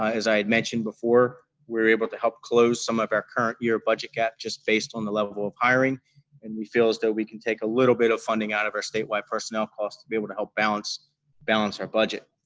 as i had mentioned before, we were able to help close some of our current year budget gap just based on the level of hiring and we feel as though we can take a little bit of funding out of our statewide personnel cost to be able to help balance balance our budget.